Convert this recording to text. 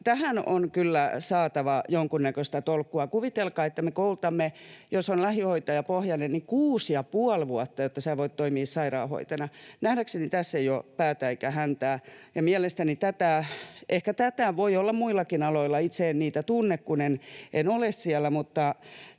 Tähän on kyllä saatava jonkunnäköistä tolkkua. Kuvitelkaa, että me koulutamme, jos on lähihoitajapohjainen, kuusi ja puoli vuotta, jotta sinä voit toimia sairaanhoitajana. Nähdäkseni tässä ei ole päätä eikä häntää. Ehkä tätä voi olla muillakin aloilla — itse en niitä tunne, kun en ole siellä